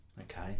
okay